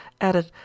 added